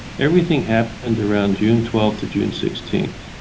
everything happened around june twelfth to june sixteenth.